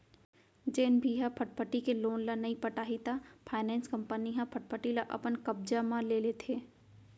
जेन भी ह फटफटी के लोन ल नइ पटाही त फायनेंस कंपनी ह फटफटी ल अपन कब्जा म ले लेथे